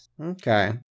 Okay